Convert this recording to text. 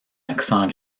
accent